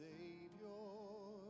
Savior